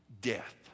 death